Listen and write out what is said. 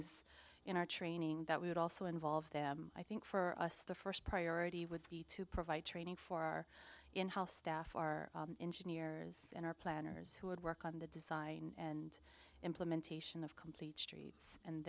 is in our training that would also involve them i think for us the first priority would be to provide training for our in house staff our engineers and our planners who would work on the design and implementation of complete streets and